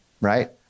right